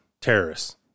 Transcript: terrorists